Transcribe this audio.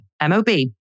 M-O-B